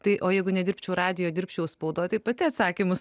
tai o jeigu nedirbčiau radijuj o dirbčiau spaudoj tai pati atsakymus